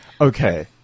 okay